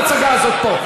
מספיק עם ההצגה הזאת פה.